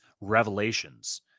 revelations